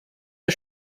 der